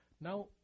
Now